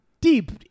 deep